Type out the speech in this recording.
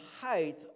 height